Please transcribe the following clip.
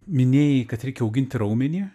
minėjai kad reikia auginti raumenį